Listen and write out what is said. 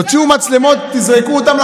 תוציאו מצלמות ותזרקו אותם.